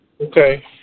Okay